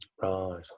Right